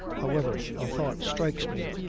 however, a thought strikes me.